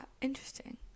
interesting